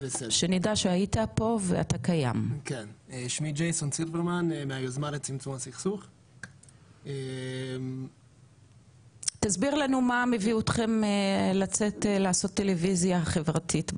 ואחר כך תסביר לנו מה מביא אתכם לצאת ולעשות טלוויזיה חברתית בשטחים.